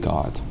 God